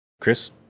chris